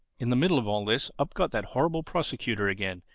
in the middle of all this up got that horrible prosecutor again,